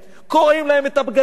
קורעים להם את הבגדים,